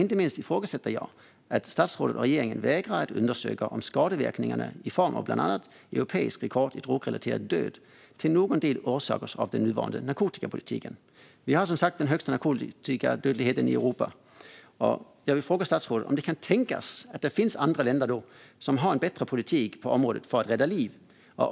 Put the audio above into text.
Inte minst ifrågasätter jag att statsrådet och regeringen vägrar att undersöka om skadeverkningarna i form av bland annat europeiskt rekord i drogrelaterad död till någon del orsakas av den nuvarande narkotikapolitiken. Sverige har som sagt den högsta narkotikadödligheten i Europa. Jag vill därför fråga statsrådet om det kan tänkas att det finns andra länder som har en bättre politik på området för att rädda liv.